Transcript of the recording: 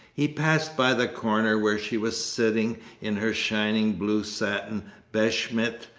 he passed by the corner where she was sitting in her shining blue satin beshmet,